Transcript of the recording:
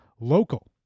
Local